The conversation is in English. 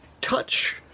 touch